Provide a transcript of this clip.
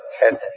head